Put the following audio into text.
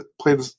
played